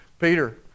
Peter